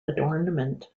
adornment